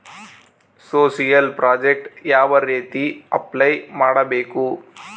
Social project ಯಾವ ರೇತಿ apply ಮಾಡಬೇಕು?